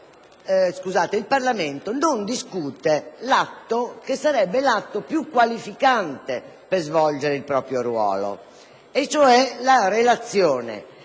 il Parlamento non discute quell'atto che sarebbe il più qualificante per lo svolgimento del proprio ruolo, cioè la relazione.